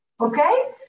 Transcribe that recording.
okay